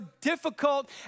difficult